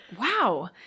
Wow